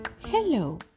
Hello